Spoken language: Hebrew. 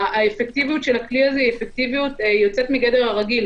האפקטיביות של הכלי הזה יוצאת מגדר הרגיל